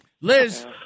Liz